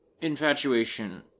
infatuation